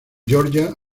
georgia